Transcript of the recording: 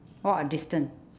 walk a distance